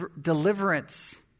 deliverance